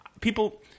people